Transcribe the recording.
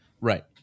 Right